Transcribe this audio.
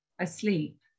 asleep